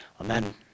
Amen